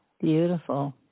beautiful